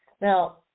Now